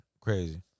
Crazy